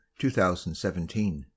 2017